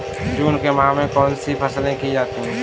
जून के माह में कौन कौन सी फसलें की जाती हैं?